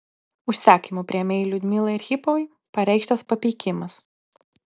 užsakymų priėmėjai liudmilai archipovai pareikštas papeikimas